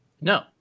No